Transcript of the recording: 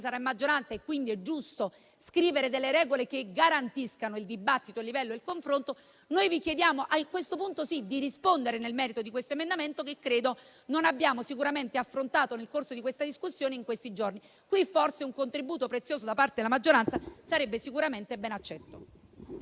sarà in maggioranza. E quindi è giusto scrivere delle regole che garantiscano il dibattito, il livello, il confronto. Noi vi chiediamo, a questo punto sì, di rispondere nel merito di questo emendamento, che credo non abbiamo sicuramente affrontato nel corso della discussione degli ultimi giorni. Qui forse un contributo prezioso da parte della maggioranza sarebbe sicuramente ben accetto.